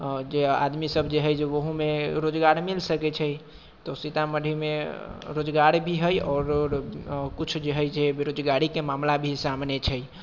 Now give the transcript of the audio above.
जे आदमीसब जे हइ ओहूमे रोजगार मिल सकै छै तऽ सीतामढ़ीमे रोजगार भी हइ आओर किछु जे हइ जे बेरोजगारीके मामला भी सामने छै